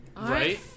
Right